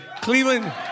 Cleveland